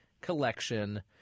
collection